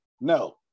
No